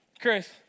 Chris